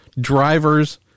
drivers